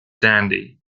dandy